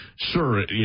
sure